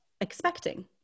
expecting